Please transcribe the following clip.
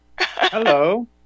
Hello